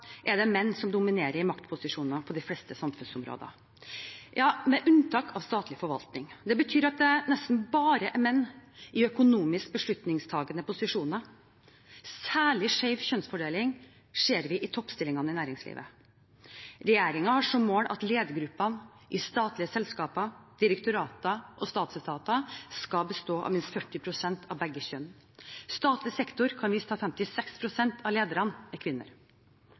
er det menn som dominerer i maktposisjonene på de fleste samfunnsområder – ja, med unntak av statlig forvaltning. Det betyr at det nesten bare er menn i økonomisk beslutningstakende posisjoner. Særlig skjev kjønnsfordeling ser vi i toppstillingene i næringslivet. Regjeringen har som mål at ledergruppene i statlige selskaper, direktorater og statsetater skal bestå av minst 40 pst. av begge kjønn. Statlig sektor kan vise til at 56 pst. av lederne er kvinner.